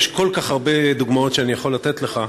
יש כל כך הרבה דוגמאות שאני יכול לתת לך.